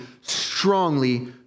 strongly